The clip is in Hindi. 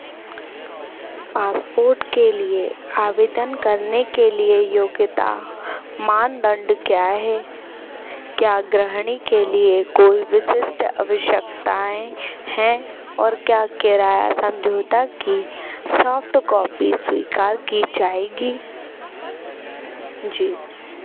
पासपोर्ट के लिए आवेदन करने के लिए योग्यता मानदण्ड क्या है क्या गृहिणी के लिए कोई विशिष्ट आवश्यकताएं हैं और क्या किराया समझौता की सॉफ्ट कॉपी स्वीकार की जाएगी जी